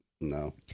No